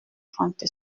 trente